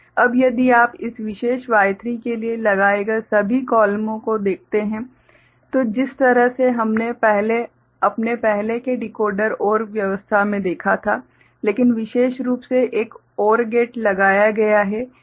अब यदि आप इस विशेष Y3 के लिए लगाए गए सभी कॉलमों को देखते हैं तो जिस तरह से हमने अपने पहले के डिकोडर OR व्यवस्था में देखा था लेकिन विशेष रूप से एक OR गेट लगाया गया है